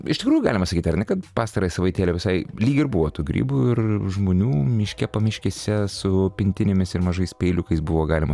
iš tikrųjų galima sakyti ar ne kad pastarąją savaitę visai lyg ir buvo tų grybų ir žmonių miške pamiškėse su pintinėmis ir mažais peiliukais buvo galima